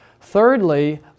Thirdly